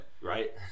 Right